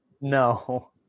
no